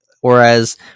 whereas